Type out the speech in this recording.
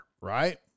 right